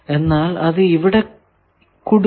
എന്നാൽ അത് ഇവിടെ കുടുങ്ങും